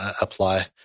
apply